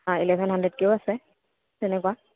eleven হাণ্ড্ৰেডকৈও আছে তেনেকুৱা